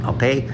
Okay